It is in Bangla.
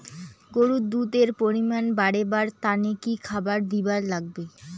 গরুর দুধ এর পরিমাণ বারেবার তানে কি খাবার দিবার লাগবে?